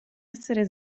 essere